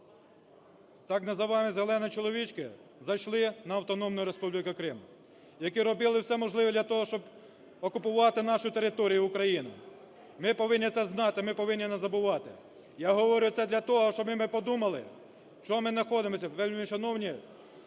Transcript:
так називаємі "зелені чоловічки" зайшли на Автономну Республіку Крим, які робили все можливе для того, щоб окупувати нашу територію, України. Ми повинні це знати, ми повинні не забувати. Я говорю це для того, щоб ми подумали, чого ми знаходимося, вельмишановні